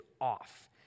off